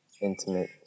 intimate